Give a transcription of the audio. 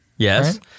Yes